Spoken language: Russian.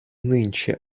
нынче